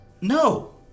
No